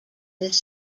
this